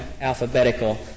alphabetical